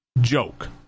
joke